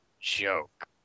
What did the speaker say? joke